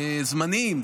זמניים.